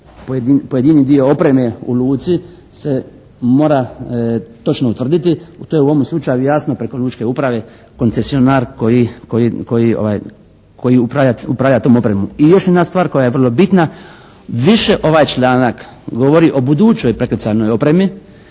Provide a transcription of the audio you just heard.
pojedini dio opreme u luci se mora točno utvrditi. To je u ovome slučaju jasno preko lučke uprave, koncesionar koji upravlja tom opremom. I još jedna stvar koja je vrlo bitna, više ovaj članak govori o budućoj prekrcajnoj opremi